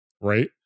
right